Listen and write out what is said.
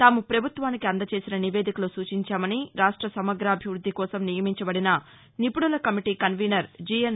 తాము పభుత్వానికి అందజేసిన నివేదికలో సూచించామని రాష్ట నమగ్రాభివృద్ది కోనం నియమించబడిన నిపుణుల కమిటీ కన్వీనర్ జీఎన్